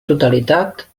totalitat